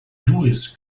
louis